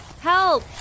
Help